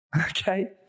okay